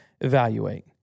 evaluate